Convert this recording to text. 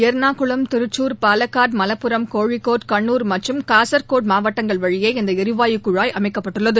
எர்ணாகுளம் திருச்சூர் பாலக்காடு மலப்புரம் கோழிக்கோடு கண்ணுர் மற்றும் காசர்கோடு மாவட்டங்கள் வழியே இந்த எரிவாயு குழாய் அமைக்கப்பட்டுள்ளது